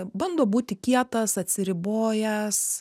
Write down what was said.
bando būti kietas atsiribojęs